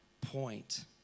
point